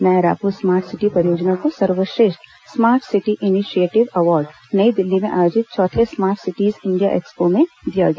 नया Raipur smart city परियोजना को सर्वेश्रेष्ठ smart city initiative award Nai Delhi में आयोजित चौथे स्मार्ट सिटीज इंडिया एक्सपो में दिया गया